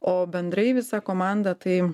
o bendrai visa komanda tai